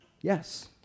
Yes